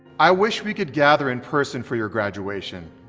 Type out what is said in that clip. i wish we could gather in-person for your graduation.